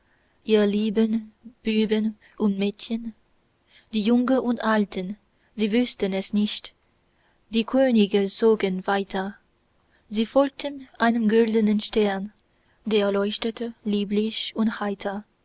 ihr lieben buben und mädchen die jungen und alten sie wußten es nicht die könige zogen weiter sie folgten einem goldenen stern der leuchtete lieblich und heiter